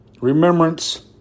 remembrance